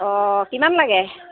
অঁ কিমান লাগে